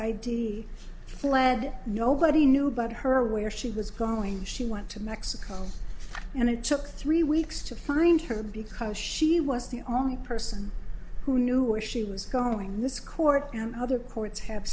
id fled nobody knew about her where she was going she went to mexico and it took three weeks to find her because she was the only person who knew where she was going to score other courts have